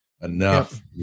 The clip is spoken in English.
enough